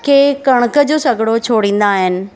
कंहिं कणिक जो सॻड़ो छोणींदा आहिनि